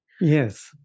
yes